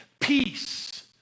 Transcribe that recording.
peace